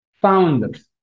founders